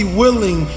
willing